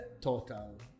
total